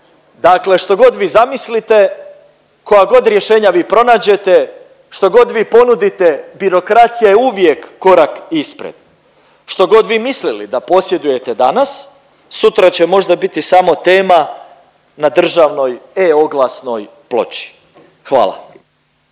Dakle, štogod vi zamislite kojagod rješenja vi pronađete, štogod vi ponudite birokracija je uvijek korak ispred. Štogod vi mislili da posjedujete danas, sutra će možda biti samo tema na državnoj e-Oglasnoj ploči. Hvala.